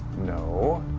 no.